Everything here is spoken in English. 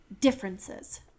differences